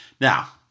Now